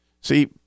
See